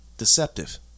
deceptive